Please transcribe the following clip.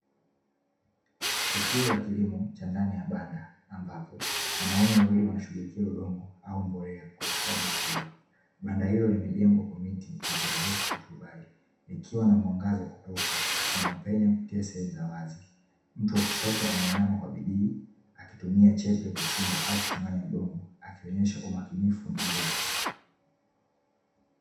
Tukio la kilimo cha ndani ya banda, ambapo wanaume wawili wanashughulikia udongo au mbolea kwa ustadi mkubwa, banda hilo limejengwa kwa miti na kuezekwa kwa turubai, likiwa na mwangaza a kutosha unaopenya kupitia sehemu za wazi. Mtu wa kushoto ameinama kwa bidii, akitumia chepe kuchimba u kuchanganya udongo akionyesha umakinifu na nguvu.